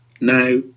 now